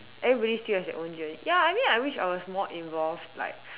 everybody still have their own journey ya I mean I wish I was more involved like